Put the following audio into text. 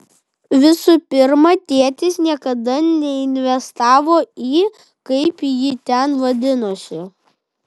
visų pirma tėtis niekada neinvestavo į kaip ji ten vadinosi